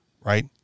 right